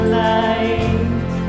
light